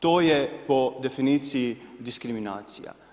To je po definiciji diskriminacija.